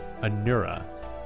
Anura